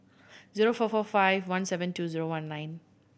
zero four four five one seven two zero one nine